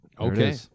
okay